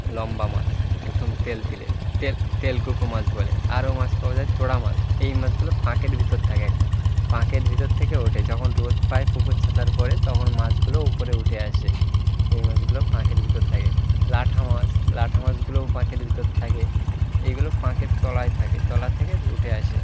লম্বা মাছ একদম তেলতেলে তেল তেলকুকু মাছ বলে আরও মাছ পাওয়া যায় থোড়া মাছ এই মাছগুলো পাঁকের ভিতর থাকে একদম পাঁকের ভিতর থেকে ওঠে যখন রোদ পায় পুকুর ছেঁচার পরে তখন মাছগুলো উপরে উঠে আসে এই মাছগুলো পাঁকের ভিতর থাকে ল্যাঠা মাছ ল্যাঠা মাছগুলোও পাঁকের ভিতর থাকে এইগুলো পাঁকের তলায় থাকে তলা থেকে উঠে আসে